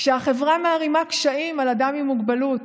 כשהחברה מערימה קשיים על אדם עם מוגבלות